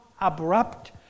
abrupt